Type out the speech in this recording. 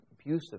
abusive